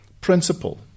principle